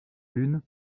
lune